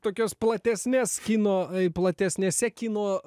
tokios platesnės kino platesnėse kino